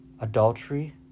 adultery